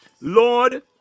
Lord